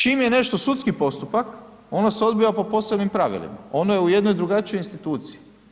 Čim je nešto sudski postupak ono se odvija po posebnim pravilima, ono je u jednoj drugačijoj instituciji.